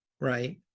right